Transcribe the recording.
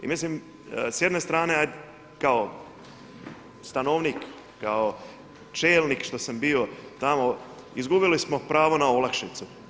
I mislim, s jedne strane hajde kao stanovnik, kao čelnik što sam bio tamo, izgubili smo pravo na olakšice.